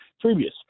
previous